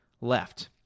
left